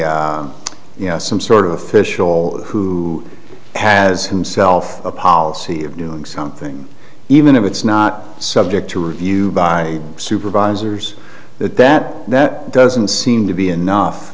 you know some sort of official who has himself a policy of doing something even if it's not subject to review by supervisors then that doesn't seem to be enough